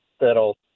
that'll